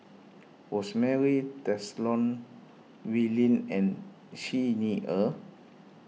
Rosemary Tessensohn Wee Lin and Xi Ni Er